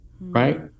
Right